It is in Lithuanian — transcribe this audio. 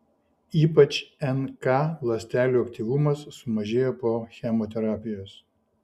ypač nk ląstelių aktyvumas sumažėjo po chemoterapijos